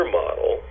model